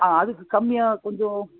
ஆ அதுக்கு கம்மியாக கொஞ்சம்